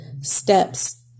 steps